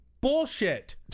bullshit